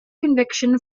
conviction